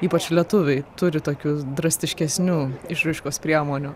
ypač lietuviai turi tokius drastiškesnių išraiškos priemonių